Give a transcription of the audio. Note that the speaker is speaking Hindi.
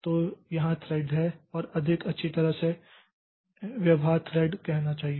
तो यहाँ थ्रेड है और अधिक अच्छी तरह से व्यवहार थ्रेड कहना चाहिए